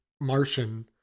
Martian